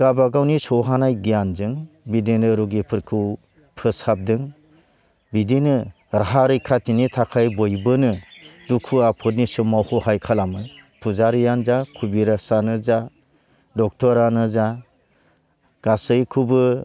गाबागावनि सौहानाय गियानजों बिदिनो रुगिफोरखौ फोसाबदों बिदिनो राहा रैखाथिनि थाखाय बयबोनो दुखु आफोदनि समाव हहाय खालामो फुजारियानो जा खुबिरासानो जा ड'क्टरानो जा गासैखौबो